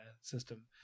system